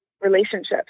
relationships